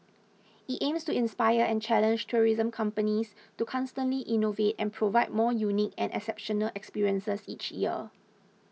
it aims to inspire and challenge tourism companies to constantly innovate and provide more unique and exceptional experiences each year